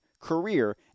career